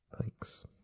Thanks